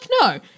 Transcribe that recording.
no